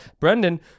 brendan